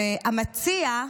והמציע,